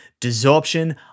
desorption